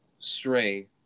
stray